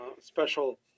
special